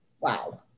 wow